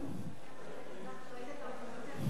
סעיפים 1 4 נתקבלו.